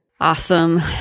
Awesome